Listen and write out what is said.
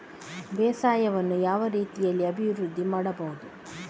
ಬೇಸಾಯವನ್ನು ಯಾವ ರೀತಿಯಲ್ಲಿ ಅಭಿವೃದ್ಧಿ ಮಾಡಬಹುದು?